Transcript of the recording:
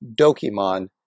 Dokimon